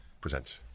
Presents